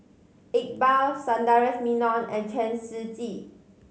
Iqbal Sundaresh Menon and Chen Shiji